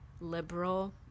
liberal